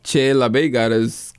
čia labai geras